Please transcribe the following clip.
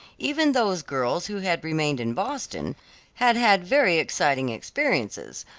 even those girls who had remained in boston had had very exciting experiences,